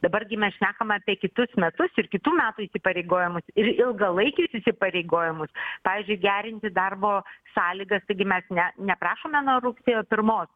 dabar gi mes šnekam apie kitus metus ir kitų metų įsipareigojimus ir ilgalaikius įsipareigojimus pavyzdžiui gerinti darbo sąlygas taigi mes ne neprašome nuo rugsėjo pirmos